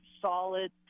solid